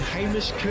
Hamish